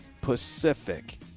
pacific